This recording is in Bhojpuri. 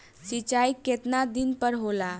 सिंचाई केतना दिन पर होला?